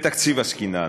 בתקציב עסקינן